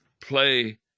play